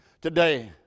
today